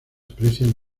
aprecian